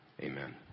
Amen